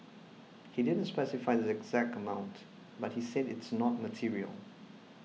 he didn't specify the exact amount but he said it's not material